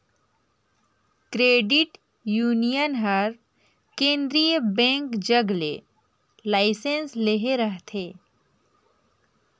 credit union हर केंद्रीय bank जग ले लाइसेंस लेहे रहथे